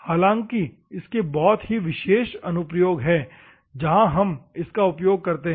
हालांकि इसके बहुत ही विशेष अनुप्रयोग है जहां हम इसका प्रयोग करते हैं